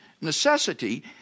necessity